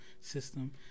system